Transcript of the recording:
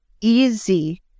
easy